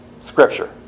Scripture